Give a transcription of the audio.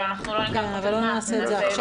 אבל לא נעשה את זה עכשיו.